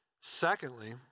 secondly